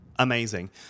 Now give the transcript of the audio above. amazing